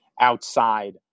outside